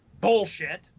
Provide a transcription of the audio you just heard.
bullshit